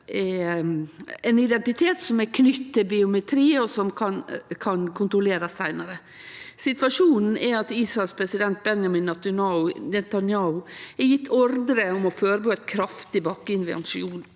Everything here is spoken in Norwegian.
ein identitet som er knytt til biometri, og som kan kontrollerast seinare. Situasjonen er at Israels statsminister Benjamin Netanyahu har gjeve ordre om å førebu ein kraftig bakkeinvasjon